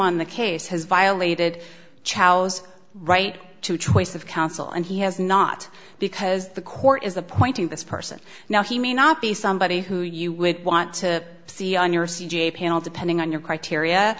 on the case has violated chows right to choice of counsel and he has not because the court is appointing this person now he may not be somebody who you would want to see on your c j panel depending on your criteria